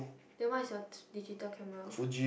then whats your digital camera